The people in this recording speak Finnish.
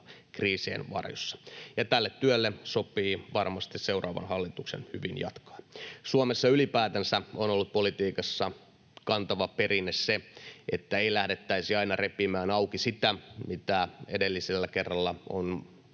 kriisien varjossa, ja tästä työstä sopii varmasti seuraavan hallituksen hyvin jatkaa. Suomessa ylipäätänsä on ollut politiikassa kantava perinne se, että ei lähdettäisi aina repimään auki sitä, mitä edellisellä kerralla on